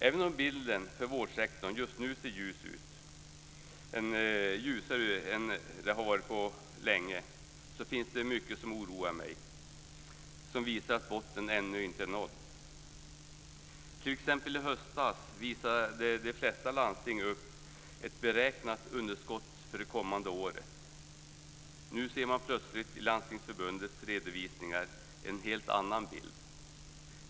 Även om bilden över vårdsektorn just nu ser ljusare ut än den har gjort på länge, finns det mycket som oroar mig, som visar att botten ännu inte är nådd. I höstas visade t.ex. de flesta landsting upp ett beräknat underskott för det kommande året. Nu ser man plötsligt i Landstingsförbundets redovisningar en helt annan bild.